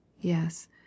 Yes